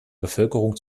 bevölkerung